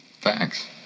Thanks